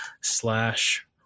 slash